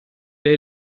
est